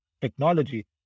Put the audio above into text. technology